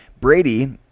Brady